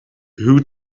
who